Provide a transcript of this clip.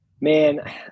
Man